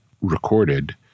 recorded